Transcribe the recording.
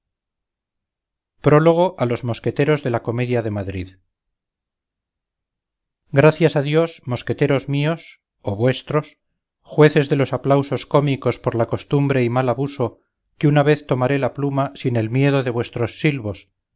prólogo a los mosqueteros de la comedia de madrid gracias a dios mosqueteros míos o vuestros jueces de los aplausos cómicos por la costumbre y mal abuso que una vez tomaré la pluma sin el miedo de vuestros silbos